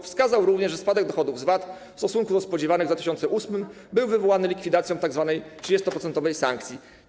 Wskazał również, że spadek dochodów z VAT w stosunku do spodziewanych w 2008 r. był wywołany likwidacją tak zwanej 30-procentowej sankcji.